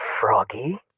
froggy